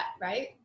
right